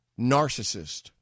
narcissist